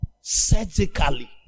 surgically